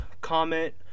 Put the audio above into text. comment